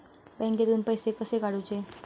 बँकेतून पैसे कसे काढूचे?